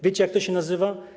Wiecie, jak to się nazywa?